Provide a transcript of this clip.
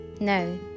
No